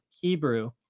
Hebrew